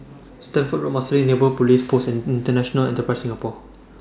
Stamford Road Marsiling Neighbour Police Post and International Enterprise Singapore